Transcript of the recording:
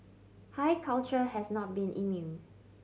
high culture has not been immune